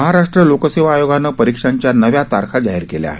महाराष्ट्र लोकसेवा आयोगानं परीक्षांच्या नव्या तारखा जाहीर केल्या आहेत